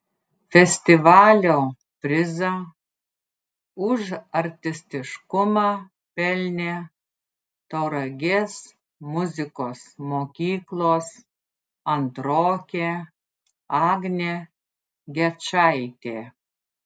festivalio prizą už artistiškumą pelnė tauragės muzikos mokyklos antrokė agnė gečaitė